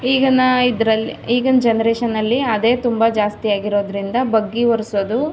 ಈಗಿನ ಇದರಲ್ಲಿ ಈಗಿನ ಜನರೇಷನಲ್ಲಿ ಅದೇ ತುಂಬ ಜಾಸ್ತಿ ಆಗಿರೋದರಿಂದ ಬಗ್ಗಿ ಒರೆಸೋದು